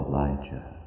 Elijah